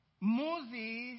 Moses